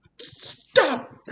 stop